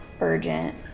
urgent